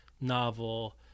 novel